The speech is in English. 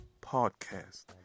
Podcast